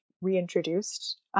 reintroduced